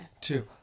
two